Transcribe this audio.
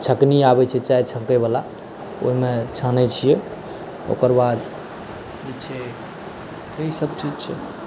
छकनी आबै छै चाय छकय वला ओहिमे छानै छियै ओकरबाद छै एहि सब चीज छै